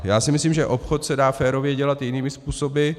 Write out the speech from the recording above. Já si myslím, že obchod se dá férově dělat jinými způsoby.